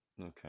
Okay